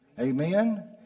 Amen